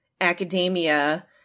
academia